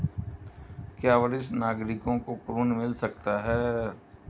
क्या वरिष्ठ नागरिकों को ऋण मिल सकता है?